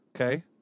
Okay